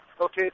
Okay